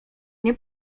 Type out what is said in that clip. nie